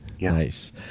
Nice